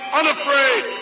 unafraid